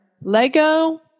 Lego